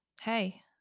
Hey